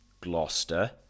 Gloucester